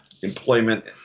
Employment